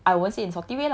but to me is